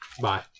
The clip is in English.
Bye